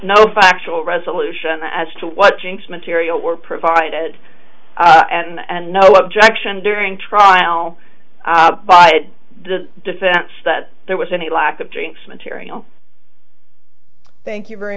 no factual resolution as to what jinx material were provided i and no objection during trial by the defense that there was any lack of drinks material thank you very